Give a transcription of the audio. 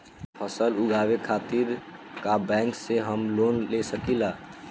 फसल उगावे खतिर का बैंक से हम लोन ले सकीला?